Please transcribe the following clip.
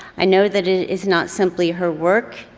i know that it is not simply her work,